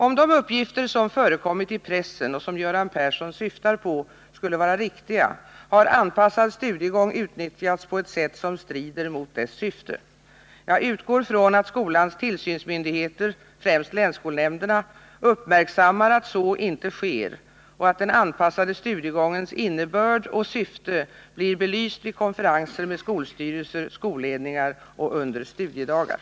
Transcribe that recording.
Om de uppgifter som förekommit i pressen och som Göran Persson syftar på skulle vara riktiga, har anpassad studiegång utnyttjats på ett sätt som strider mot dess syfte. Jag utgår från att skolans tillsynsmyndigheter, främst länsskolnämnderna, uppmärksammar att så inte sker och att den anpassade studiegångens innebörd och syfte blir belyst vid konferenser med skolstyrelser, skolledningar och under studiedagar.